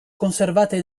conservate